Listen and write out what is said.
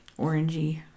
orangey